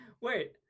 Wait